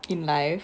in life